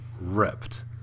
ripped